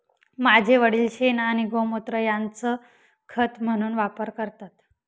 माझे वडील शेण आणि गोमुत्र यांचा खत म्हणून वापर करतात